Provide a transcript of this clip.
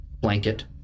blanket